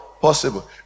possible